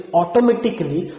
automatically